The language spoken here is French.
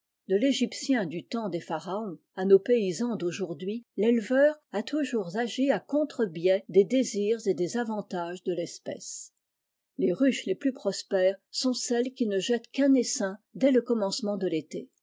de l'egyptien du temps des pharaons à nos paysans d'aujourd'hui l'éleveur a toujours agi à contrebiais des désirs et des avantages de l'espèce les ruches les plus prospères sont celles qui ne jettent qu'un essaim dès le commencement de l'été